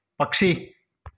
പക്ഷി